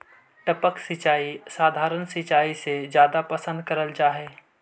टपक सिंचाई सधारण सिंचाई से जादा पसंद करल जा हे